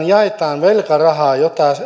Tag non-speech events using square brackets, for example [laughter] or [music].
[unintelligible] jaetaan velkarahaa